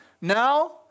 now